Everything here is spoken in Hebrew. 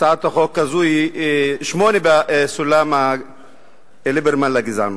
הצעת החוק הזאת היא שמונה בסולם ליברמן לגזענות.